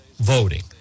voting